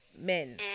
men